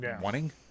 wanting